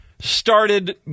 started